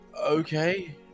okay